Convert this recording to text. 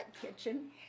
kitchen